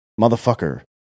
motherfucker